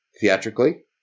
theatrically